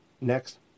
next